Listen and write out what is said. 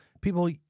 People